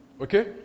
Okay